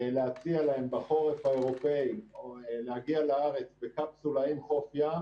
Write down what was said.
להציע להם בחורף האירופי להגיע לארץ בקפסולה עם חוף ים